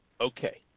Okay